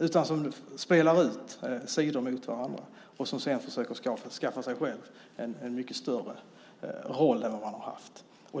utan spelar ut olika sidor mot varandra och sedan försöker skaffa sig själv en mycket större roll än vad man har haft.